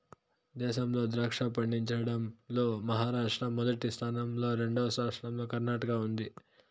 దేశంలో ద్రాక్ష పండించడం లో మహారాష్ట్ర మొదటి స్థానం లో, రెండవ స్థానం లో కర్ణాటక ఉంది